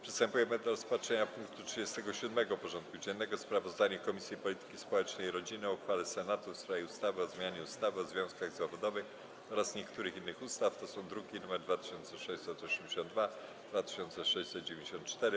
Przystępujemy do rozpatrzenia punktu 37. porządku dziennego: Sprawozdanie Komisji Polityki Społecznej i Rodziny o uchwale Senatu w sprawie ustawy o zmianie ustawy o związkach zawodowych oraz niektórych innych ustaw (druki nr 2682 i 2694)